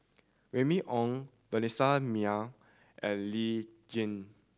Remy Ong Vanessa Mae and Lee Tjin